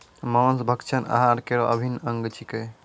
मांस भक्षण आहार केरो अभिन्न अंग छिकै